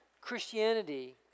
Christianity